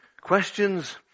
Questions